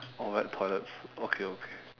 oh wet toilets okay okay